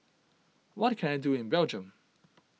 what can I do in Belgium